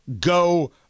go